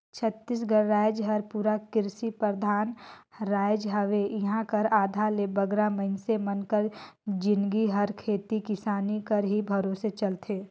छत्तीसगढ़ राएज हर पूरा किरसी परधान राएज हवे इहां कर आधा ले बगरा मइनसे मन कर जिनगी हर खेती किसानी कर ही भरोसे चलथे